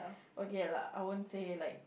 okay lah I won't say like